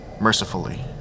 mercifully